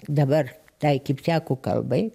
dabar tai kipčiakų kalbai